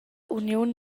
uniun